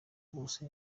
bose